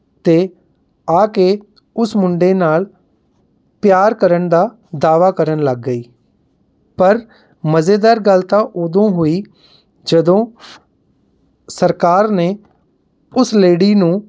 ਅਤੇ ਆ ਕੇ ਉਸ ਮੁੰਡੇ ਨਾਲ਼ ਪਿਆਰ ਕਰਨ ਦਾ ਦਾਅਵਾ ਕਰਨ ਲੱਗ ਗਈ ਪਰ ਮਜ਼ੇਦਾਰ ਗੱਲ ਤਾਂ ਉਦੋਂ ਹੋਈ ਜਦੋਂ ਸਰਕਾਰ ਨੇ ਉਸ ਲੇਡੀ ਨੂੰ